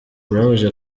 birababaje